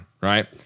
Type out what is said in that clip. right